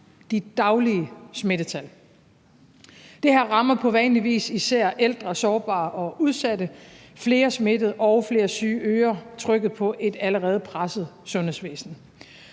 de daglige smittetal! Det her rammer på vanlig vis især ældre, sårbare og udsatte. Flere smittede og flere syge øger trykket på et allerede presset sundhedsvæsen.